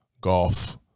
golf